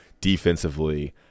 defensively